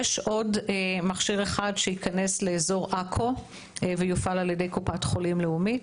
יש עוד מכשיר אחד שייכנס לאזור עכו ויופעל על ידי קופת חולים לאומית,